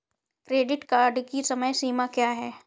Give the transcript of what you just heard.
Credit card की समय सीमा क्या है?